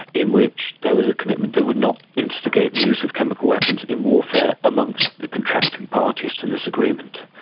in which there was a commitment they would not instigate the use of chemical weapons in warfare amongst the contracting parties to this agreement.